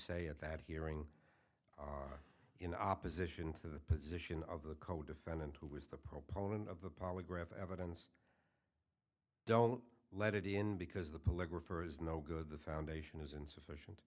say at that hearing in opposition to the position of the codefendant who was the proponent of the polygraph evidence don't let it in because the political for is no good the foundation is insufficient